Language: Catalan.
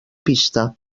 pista